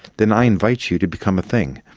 then i invite you to become a thing.